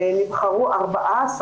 נבחרו 14,